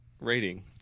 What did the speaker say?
rating